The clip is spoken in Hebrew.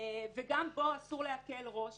וגם בו אסור להקל ראש